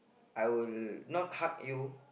I will not hug you